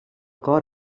cor